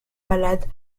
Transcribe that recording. malades